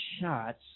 shots